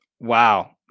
Wow